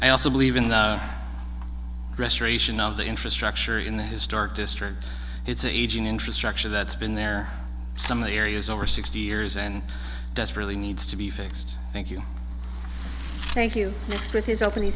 i also believe in the restoration of the infrastructure in the historic district it's an aging infrastructure that's been there some of the areas over sixty years and desperately needs to be fixed thank you thank you